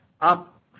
up